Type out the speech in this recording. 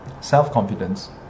self-confidence